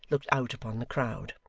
looked out upon the crowd.